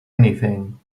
anything